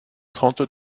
trente